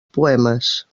poemes